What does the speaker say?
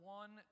one